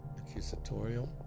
accusatorial